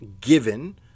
given